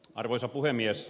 arvoisa puhemies